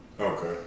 Okay